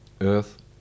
earth